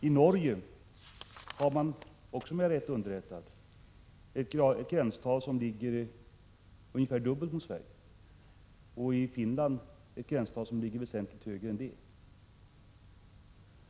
I Norge har man — fortfarande om jag är rätt underrättad — ett gränstal som ligger ungefär dubbelt så högt som det svenska, och i Finland ligger gränstalet väsentligt högre än så.